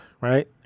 right